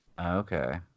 Okay